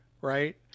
right